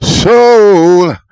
soul